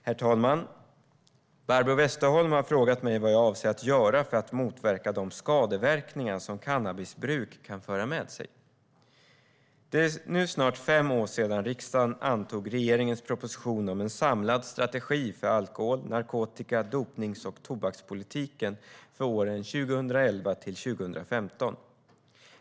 Herr talman! Barbro Westerholm har frågat mig vad jag avser att göra för att motverka de skadeverkningar som cannabisbruk kan föra med sig. Det är nu snart fem år sedan riksdagen antog regeringens proposition om en samlad strategi för alkohol, narkotika, dopnings och tobakspolitiken för åren 2011-2015.